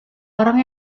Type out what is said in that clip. orang